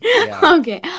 Okay